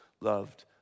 loved